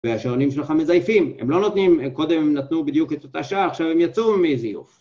והשעונים שלך מזייפים, הם לא נותנים, קודם הם נתנו בדיוק את אותה שעה, עכשיו הם יצאו מזיוף